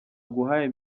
aguhaye